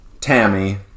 Tammy